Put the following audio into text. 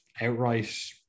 outright